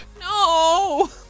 No